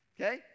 okay